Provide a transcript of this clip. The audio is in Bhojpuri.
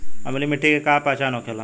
अम्लीय मिट्टी के का पहचान होखेला?